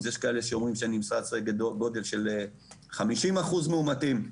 יש כאלה שאומרים שנמצא סדר גודל של 50% מאומתים.